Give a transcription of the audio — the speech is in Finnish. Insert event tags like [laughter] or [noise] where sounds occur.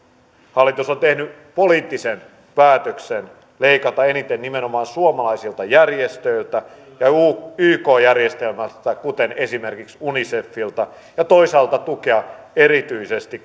hallitus on tehnyt poliittisen päätöksen leikata eniten nimenomaan suomalaisilta järjestöiltä ja yk järjestelmästä kuten esimerkiksi unicefilta ja toisaalta tukea erityisesti [unintelligible]